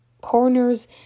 corners